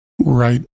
Right